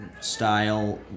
style